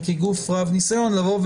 לא,